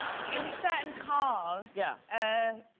certain cars, yeah, ah